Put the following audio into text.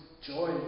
joy